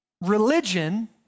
Religion